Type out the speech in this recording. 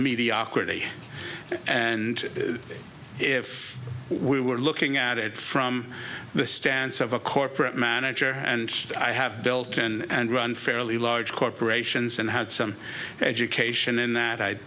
mediocrity and if we were looking at it from the stance of a corporate manager and i have built and run fairly large corporations and had some education in that i